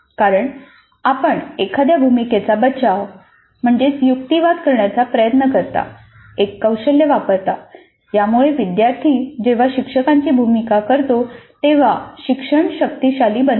कारण आपण एखाद्या भूमिकेचा बचाव युक्तिवाद करण्याचा प्रयत्न करता एक कौशल्य वापरता यामुळे विद्यार्थी जेव्हा शिक्षकांची भूमिका करतो तेव्हा शिक्षण शक्तिशाली बनते